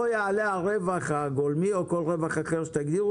לא יעלה הרווח הגולמי או כל רווח אחר שתגידו